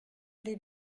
des